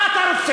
מה קרה לך?